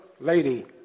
lady